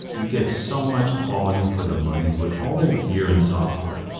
you get so much quality for the money with all their gear and software.